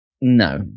no